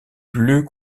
plus